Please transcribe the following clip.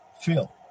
feel